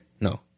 No